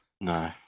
no